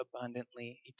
abundantly